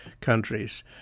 countries